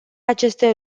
aceste